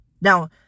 Now